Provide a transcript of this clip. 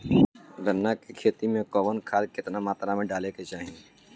गन्ना के खेती में कवन खाद केतना मात्रा में डाले के चाही?